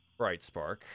Brightspark